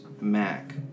Mac